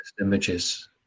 images